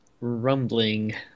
rumbling